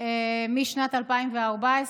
משנת 2014,